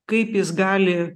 kaip jis gali